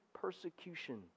persecution